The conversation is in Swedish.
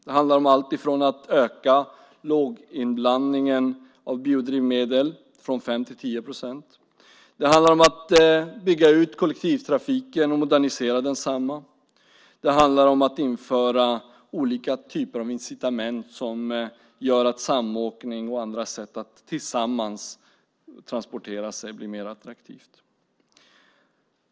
Det handlar om allt ifrån att öka låginblandningen av biodrivmedel från 5 till 10 procent till att bygga ut kollektivtrafiken och modernisera densamma och att införa olika typer av incitament som gör att samåkning och andra sätt att transportera sig tillsammans blir mer attraktivt.